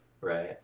right